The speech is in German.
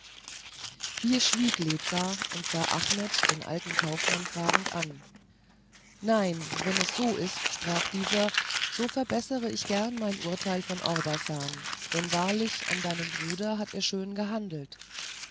hier schwieg lezah und sah achmet den alten kaufmann fragend an nein wenn es so ist sprach dieser so verbessere ich gerne mein urteil von orbasan denn wahrlich an deinem bruder hat er schön gehandelt